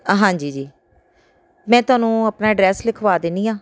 ਹਾਂਜੀ ਜੀ ਮੈਂ ਤੁਹਾਨੂੰ ਆਪਣਾ ਐਡਰੈੱਸ ਲਿਖਵਾ ਦਿੰਦੀ ਹਾਂ